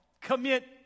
commit